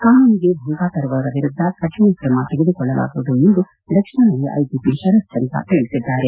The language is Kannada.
ಕಾನೂನಿಗೆ ಭಂಗ ತರುವವರ ವಿರುದ್ದ ಕಠಿಣ ಕ್ರಮ ತೆಗೆದುಕೊಳ್ಳಲಾಗುವುದು ಎಂದು ದಕ್ಷಿಣ ವಲಯ ಐಜಿಪಿ ಶರತ್ ಚಂದ್ರ ತಿಳಿಸಿದ್ದಾರೆ